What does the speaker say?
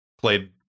Played